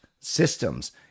systems